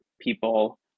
people